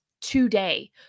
today